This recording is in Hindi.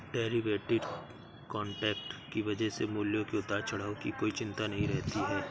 डेरीवेटिव कॉन्ट्रैक्ट की वजह से मूल्यों के उतार चढ़ाव की कोई चिंता नहीं रहती है